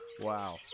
Wow